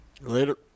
Later